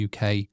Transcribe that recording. UK